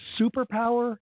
superpower